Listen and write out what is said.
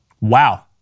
Wow